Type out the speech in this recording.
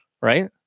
right